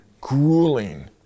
grueling